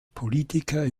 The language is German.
politiker